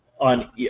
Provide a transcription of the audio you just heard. on